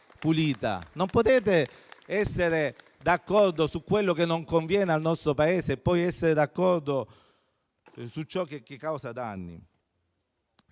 Non potete essere d'accordo su quello che non conviene al nostro Paese e poi essere d'accordo su ciò che causa danni.